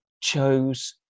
chose